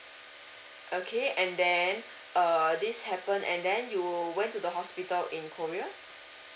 okay and then err this happen and then you went to the hospital in korea